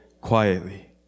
Quietly